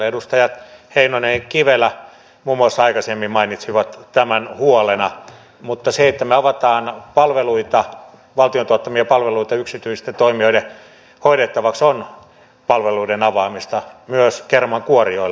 muun muassa edustajat heinonen ja kivelä aikaisemmin mainitsivat tämän huolena mutta se että me avaamme valtion tuottamia palveluita yksityisten toimijoiden hoidettavaksi on palveluiden avaamista myös kermankuorijoille